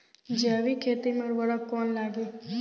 जैविक खेती मे उर्वरक कौन लागी?